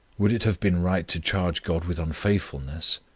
would it have been right to charge god with unfaithfulness?